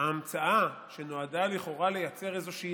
שההמצאה שנועדה לכאורה לייצר איזושהי